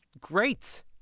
great